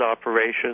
operations